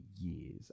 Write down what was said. years